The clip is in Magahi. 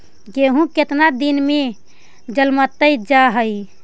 गेहूं केतना दिन में जलमतइ जा है?